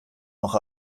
auch